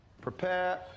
Prepare